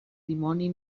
dimoni